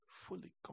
Fully